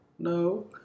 No